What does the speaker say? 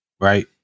right